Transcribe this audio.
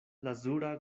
lazura